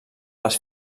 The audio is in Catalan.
les